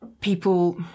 people